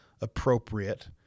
appropriate